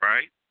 Right